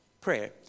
prayer